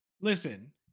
Listen